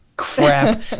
Crap